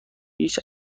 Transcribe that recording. هیچ